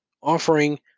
offering